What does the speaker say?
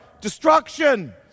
destruction